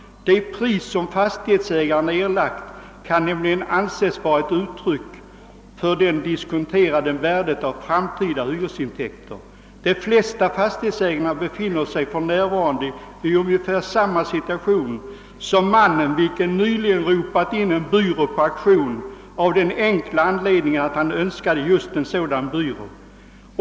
Det pris som fastighetsägaren erlagt kan nämligen anses vara ett uttryck för det diskonterade värdet av framtida hyresintäkter. De flesta fastighetsägarna befinner sig för närvarande i ungefär samma situation som mannen vilken nyligen ropat in en byrå på auktion av den enkla anledningen att han önskade just en byrå.